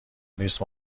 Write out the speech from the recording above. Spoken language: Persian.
نیست